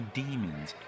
demons